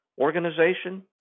organization